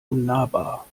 unnahbar